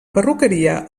perruqueria